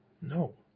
No